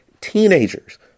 teenagers